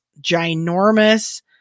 ginormous